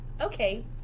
Okay